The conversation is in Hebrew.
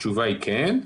התשובה היא כן.